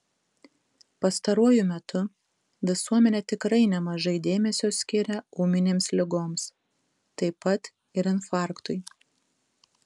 pastaruoju metu visuomenė tikrai nemažai dėmesio skiria ūminėms ligoms taip pat ir infarktui